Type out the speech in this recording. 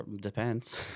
Depends